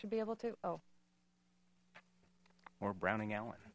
should be able to oh or browning allen